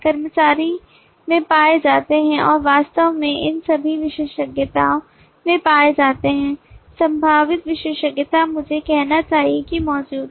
कर्मचारी में पाए जाते हैं और वास्तव में इन सभी विशेषज्ञताओं में पाए जाते हैं संभावित विशेषज्ञता मुझे कहना चाहिए कि मौजूद हैं